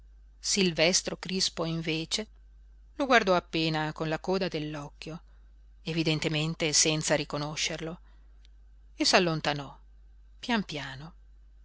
silvestro crispo invece lo guardò appena con la coda dell'occhio evidentemente senza riconoscerlo e s'allontanò pian piano